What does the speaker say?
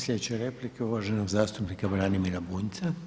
Sljedeća replika je uvaženog zastupnika Branimira Bunjca.